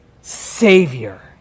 savior